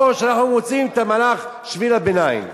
או שאנחנו רוצים את שביל הביניים.